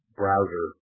browser